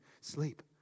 sleep